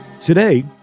Today